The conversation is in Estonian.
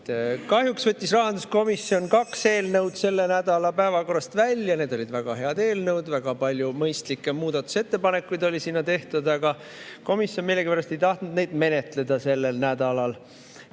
Kahjuks võttis rahanduskomisjon kaks eelnõu selle nädala päevakorrast välja, need olid väga head eelnõud, väga palju mõistlikke muudatusettepanekuid oli sinna tehtud, aga komisjon millegipärast ei tahtnud neid menetleda sellel nädalal.